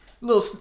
Little